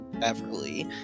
Beverly